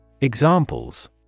Examples